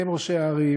עם ראשי הערים